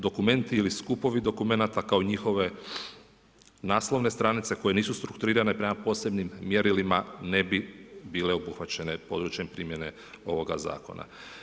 Dokumenti ili skupovi dokumenata kao i njihove naslovne stranice koje nisu strukturirane prema posebnim mjerilima, ne bi bile obuhvaćene područjem primjene ovoga zakona.